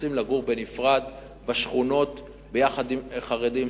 רוצים לגור בנפרד בשכונות יחד עם חרדים,